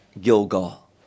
gilgal